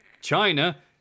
China